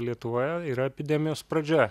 lietuvoje yra epidemijos pradžia